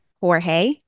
Jorge